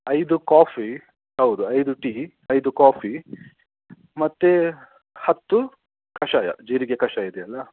ಐದು ಕಾಫಿ ಹೌದು ಐದು ಟೀ ಐದು ಕಾಫಿ ಮತ್ತು ಹತ್ತು ಕಷಾಯ ಜೀರಿಗೆ ಕಷಾಯ ಇದೆಯಲ್ಲ